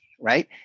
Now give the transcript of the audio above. right